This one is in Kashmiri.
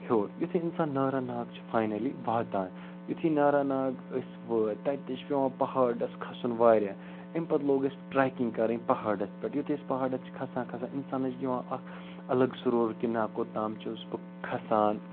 ہیوٚر یُتھُے اِنسان ناراناگ چھِ فاینٔلی واتان یُتھُے ناراناگ أسۍ وٲتۍ تَتہِ چھِ پٮ۪وان پہاڑَس کھسُن واریاہ اَمہِ پَتہٕ لوگ اَسہِ ٹرٛٮ۪کِنٛگ کَرٕنۍ پہاڑَس پٮ۪ٹھ یُتھُے أسۍ پہاڑَس چھِ کھسان کھسان اِنسانَس چھِ یِوان اَکھ اَلگ سُروٗر کہِ نَہ کوٚتام چھُس بہٕ کھسان